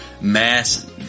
mass